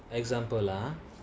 I give you very simple example lah